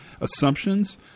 assumptions